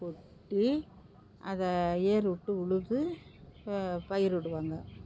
கொட்டி அதை ஏருவுட்டு உழுது பயிருவிடுவாங்க